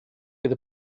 fydd